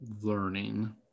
learning